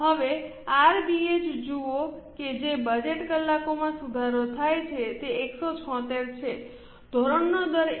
હવે આરબીએચ જુઓ કે જે બજેટ કલાકોમાં સુધારો થાય છે તે 176 છે ધોરણનો દર 1 છે